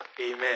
Amen